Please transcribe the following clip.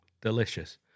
Delicious